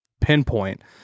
pinpoint